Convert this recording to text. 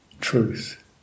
truth